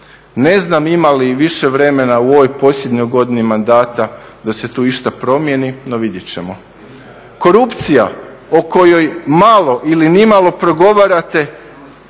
Ne znam ima li više vremena u ovoj posljednjoj godini mandata da se tu išta promijenit, no vidjet ćemo. Korupcija o kojoj malo ili nimalo progovarate